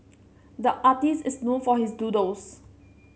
the artist is known for his doodles